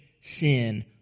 sin